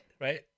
right